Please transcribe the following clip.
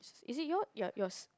is it your ya yours